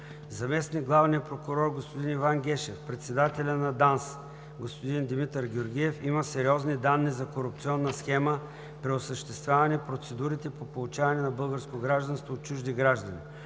заместник-главния прокурор господин Иван Гешев, председателя на ДАНС господин Димитър Георгиев има сериозни данни за корупционна схема при осъществяване на процедурите по получаване на българско гражданство от чужди граждани.